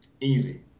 easy